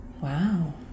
Wow